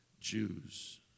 Jews